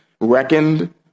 reckoned